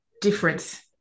difference